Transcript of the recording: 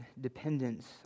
dependence